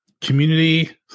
Community